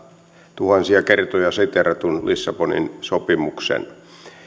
tuhansia kertoja siteeratun lissabonin sopimuksen